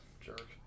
jerk